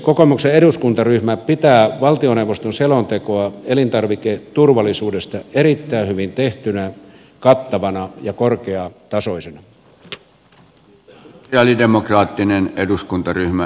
kokoomuksen eduskuntaryhmä pitää valtioneuvoston selontekoa elintarviketurvallisuudesta erittäin hyvin tehtynä kattavana ja korkeatasoisena